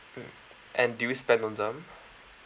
mm and do you spend on them